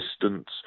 distance